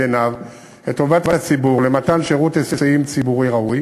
עיניו את טובת הציבור למתן שירות היסעים ציבורי ראוי